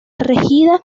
regida